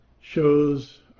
shows